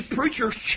preachers